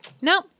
no